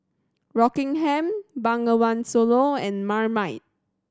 Rockingham Bengawan Solo and Marmite